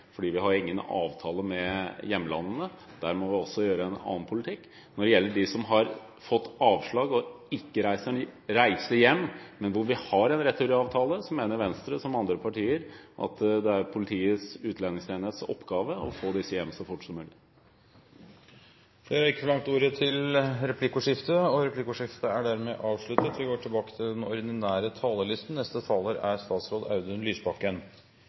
fordi vi ikke har avtaler med hjemlandene. Der må vi også føre en annen politikk. Når det gjelder dem som har fått avslag, og som ikke reiser hjem, men hvor vi har en returavtale, mener Venstre, som andre partier, at det er Politiets utlendingsenhets oppgave å få disse hjem så fort som mulig. Replikkordskiftet er omme. Aller først har jeg lyst til å si at på integreringsfeltet er bosetting, kvalifisering og arbeid helt sentrale spørsmål. Jeg er glad for å se at det er